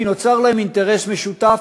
כי נוצר להם אינטרס משותף,